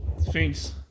Thanks